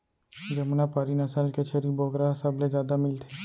जमुना पारी नसल के छेरी बोकरा ह सबले जादा मिलथे